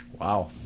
Wow